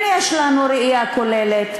כן יש לנו ראייה כוללת,